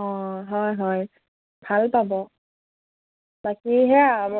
অঁ হয় হয় ভাল পাব বাকী সেয়া আৰু